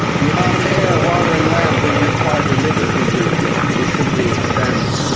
the amount of air, water and land we require to live as we do is simply expanding.